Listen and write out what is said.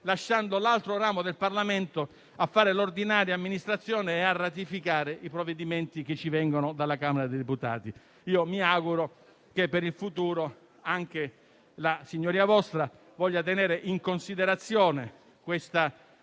lasciando l'altro ramo a occuparsi dell'ordinaria amministrazione e a ratificare i provvedimenti trasmessi dalla Camera dei deputati. Mi auguro che per il futuro anche la signoria vostra voglia tenere in considerazione questa